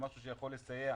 זה משהו שיכול לסייע.